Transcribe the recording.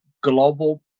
global